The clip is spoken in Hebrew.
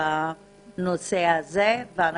אבל בשני נושאים שונים.